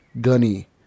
Gunny